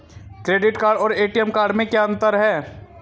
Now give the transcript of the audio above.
Credit card और ATM card में क्या अंतर है?